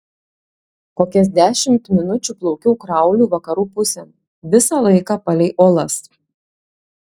kokias dešimt minučių plaukiau krauliu vakarų pusėn visą laiką palei uolas